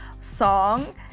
song